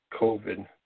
COVID